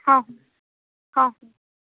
ହ ହ